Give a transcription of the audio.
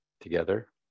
together